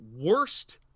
worst